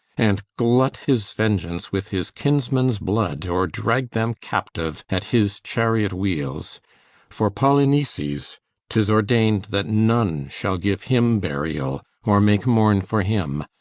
and glut his vengeance with his kinsmen's blood, or drag them captive at his chariot wheels for polyneices tis ordained that none shall give him burial or make mourn for him,